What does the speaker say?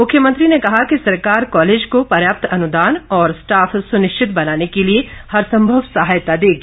मुख्यमंत्री ने कहा कि सरकार कॉलेज को पर्याप्त अनुदान और स्टाफ सुनिश्चित बनाने के लिए हर संभव सहायता देगी